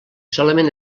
solament